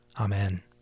Amen